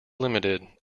limited